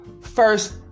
first